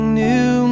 new